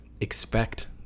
expect